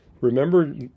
Remember